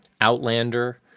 Outlander